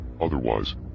otherwise